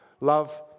Love